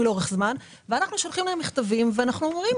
לאורך זמן ואנחנו שולחים לה מכתבים ואנחנו אומרים